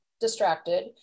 distracted